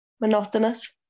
monotonous